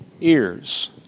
ears